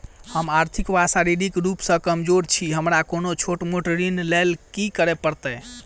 हम आर्थिक व शारीरिक रूप सँ कमजोर छी हमरा कोनों छोट मोट ऋण लैल की करै पड़तै?